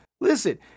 Listen